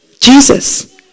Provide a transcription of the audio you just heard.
Jesus